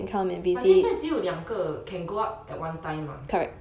but 现在只有两个 can go up at one time mah